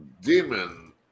demon